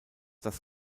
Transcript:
das